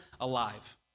alive